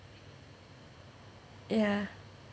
ya